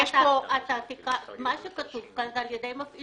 מה שכתוב כאן זה על ידי מפעיל האתר.